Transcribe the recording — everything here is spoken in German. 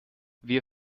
wir